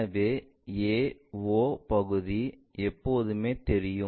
எனவே a o பகுதி எப்போதுமே தெரியும்